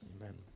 Amen